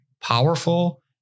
powerful